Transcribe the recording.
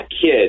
kid